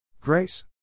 Grace